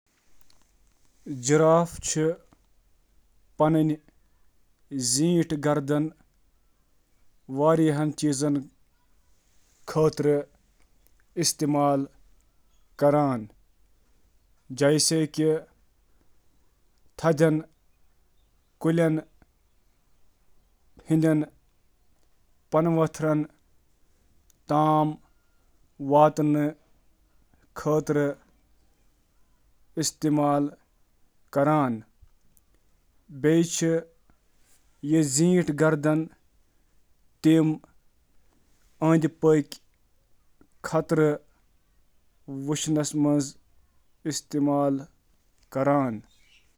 جیرافچ زیٹھ گردن چِھ متعدد مقصدن ہنٛز کٲم کران: یہٕ چُھ تمن کھین خاطرٕ تھدین پودوں تام واتنک اجازت دیوان، غلبہٕ ڈسپلے ,گردن, منٛز مشغول گژھن، تہٕ شکارین خلاف تلاش کرنک اجازت دیوان۔